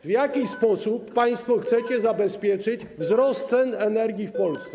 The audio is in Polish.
W jaki sposób państwo chcecie zabezpieczyć wzrost cen energii w Polsce?